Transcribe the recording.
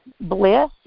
bliss